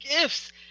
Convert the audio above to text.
gifts